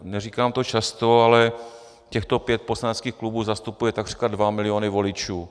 Neříkám to často, ale těchto pět poslaneckých klubů zastupuje takřka 2 miliony voličů.